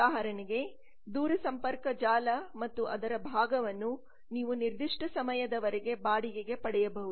ಉದಾಹರಣೆಗೆ ದೂರಸಂಪರ್ಕ ಜಾಲ ಮತ್ತು ಅದರ ಭಾಗವನ್ನು ನೀವು ನಿರ್ದಿಷ್ಟ ಸಮಯದವರೆಗೆ ಬಾಡಿಗೆಗೆ ಪಡೆಯಬಹುದು